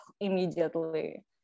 immediately